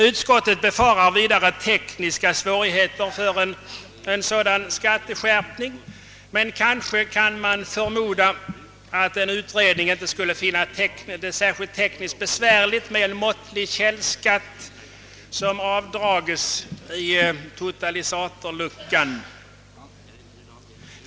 Utskottet befarar också tekniska svårigheter med en sådan skatteskärpning, men man kan väl förmoda att en utredning inte skulle finna det så särskilt tekniskt besvärligt med ett måttligt källskatteavdrag i totalisatorluckan.